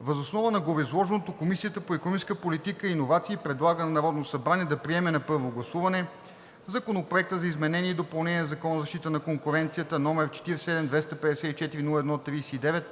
Въз основа на гореизложеното Комисията по икономическа политика и иновации предлага на Народното събрание да приеме на първо гласуване Законопроект за изменение и допълнение на Закона за защита на конкуренцията, № 47-254-01-39,